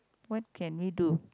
what can we do